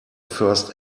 first